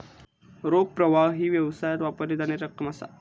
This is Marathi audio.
रोख प्रवाह ही व्यवसायात वापरली जाणारी रक्कम असा